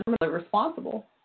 responsible